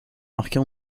marqué